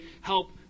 help